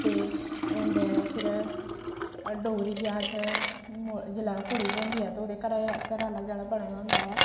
ते ओह् होंदे फिर डोगरी ब्याह् च मो जेल्लै कुड़ी ब्होंदी ऐ ते ओह्दे घरै घरा आह्ला जेह्ड़ा बना दा होंदा ऐ